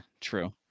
true